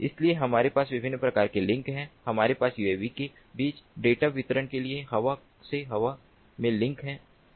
इसलिए हमारे पास विभिन्न प्रकार के लिंक हैं हमारे पास यूएवी के बीच डेटा वितरण के लिए हवा से हवा में लिंक हैं